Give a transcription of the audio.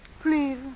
Please